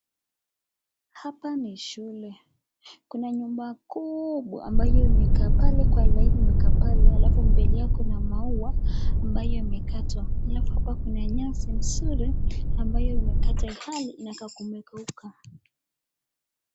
Hapa ni shule kuna nyumba kubwa ambayo imekaa pale kwa laini imekaa pale alafu mbele yao kuna maua ambayo imekatwa alafu hapa kuna nyasi nzuri ambayo imekatwa ilhali inakaa kuwa imekauka.